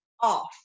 off